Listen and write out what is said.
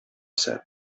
said